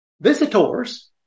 visitors